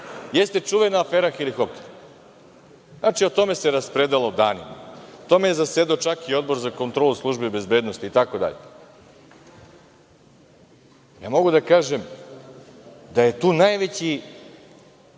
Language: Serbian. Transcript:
jeste čuvena afera „Helikopter“. Znači, o tome se raspredalo danima. O tome je zasedao čak i Odbor za kontrolu službi bezbednosti itd. Ne mogu da kažem da je baš